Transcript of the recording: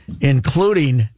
including